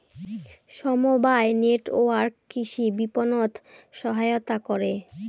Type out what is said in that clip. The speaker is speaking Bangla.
সমবায় নেটওয়ার্ক কৃষি বিপণনত সহায়তা করে